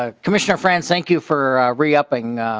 ah commissioner frans thank you for re-upping.